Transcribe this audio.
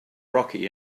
rocky